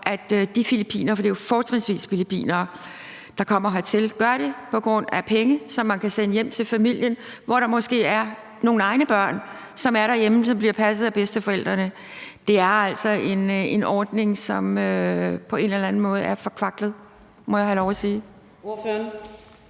at de filippinere, for det er jo fortrinsvis filippinere, der kommer hertil, gør det på grund af penge, som man kan sende hjem til familien, hvor der måske er nogle egne børn, som er derhjemme, og som bliver passet af bedsteforældrene. Det er altså en ordning, som på en eller anden måde er forkvaklet, må jeg have lov at sige.